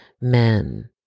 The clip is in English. men